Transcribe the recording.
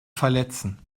verletzen